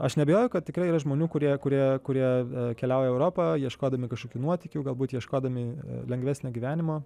aš neabejoju kad tikrai yra žmonių kurie kuria kurie keliauja į europą ieškodami kažkokių nuotykių galbūt ieškodami lengvesnio gyvenimo